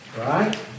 right